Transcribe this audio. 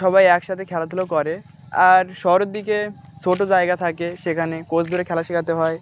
সবাই একসাথে খেলাধুলো করে আর শহর দিকে ছোটো জায়গা থাকে সেখানে কোচ করে খেলা শেখাতে হয়